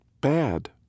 bad